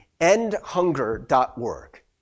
endhunger.org